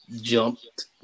jumped